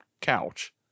Couch